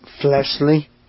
fleshly